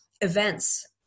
events